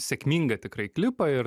sėkmingą tikrai klipą ir